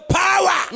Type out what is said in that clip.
power